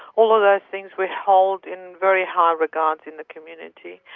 all of those things we hold in very high regards in the community.